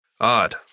Odd